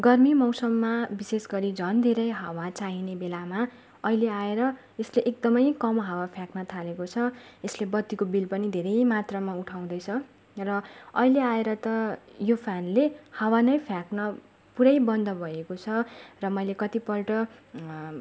गर्मी मौसममा विशेष गरी झन् धेरै हावा चाहिने बेलामा अहिले आएर यसले एकदमै कम हावा फ्याँक्न थालेको छ यसले बत्तीको बिल पनि धेरै मात्रामा उठाउँदैछ र अहिले आएर त यो फ्यानले हावा नै फ्याँक्न पुरै बन्द भएको छ र मैले कतिपल्ट